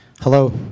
hello